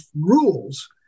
rules